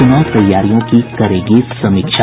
चुनाव तैयारियों की करेगी समीक्षा